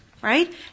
Right